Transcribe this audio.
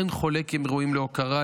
אין חולק כי הם ראויים להוקרה,